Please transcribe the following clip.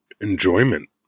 enjoyment